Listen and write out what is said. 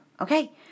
okay